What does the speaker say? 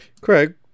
Craig